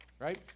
right